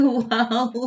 wow